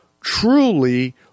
truly